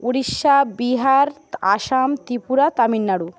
Orissa Bihar Assam Tripura Tamil Nadu